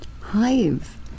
Hive